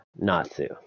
Natsu